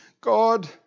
God